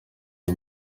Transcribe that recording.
ayo